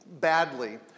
badly